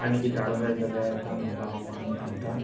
आनी कितें हाडूं जाये जाल्यार सांग म्हाका हांव मामी सांगता